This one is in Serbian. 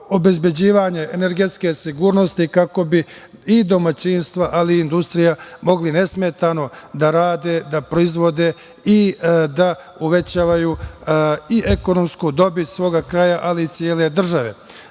obezbeđivanje energetske sigurnosti kako bi domaćinstva, ali i industrija mogli nesmetano da rede, da proizvode i da uvećavaju ekonomsku dobit svoga kraja, ali i cele države. Imali